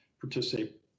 participate